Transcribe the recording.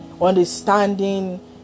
understanding